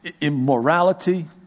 immorality